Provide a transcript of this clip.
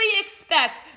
expect